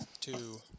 Two